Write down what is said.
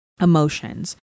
emotions